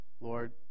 Lord